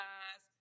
eyes